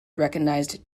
recognised